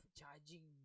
charging